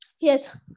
Yes